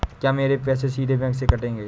क्या मेरे पैसे सीधे बैंक से कटेंगे?